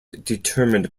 determined